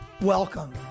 Welcome